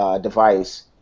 device